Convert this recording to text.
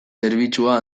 zerbitzua